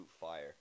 fire